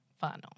funnel